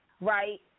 right